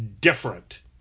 different